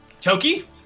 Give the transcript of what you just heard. Toki